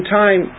time